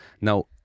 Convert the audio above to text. now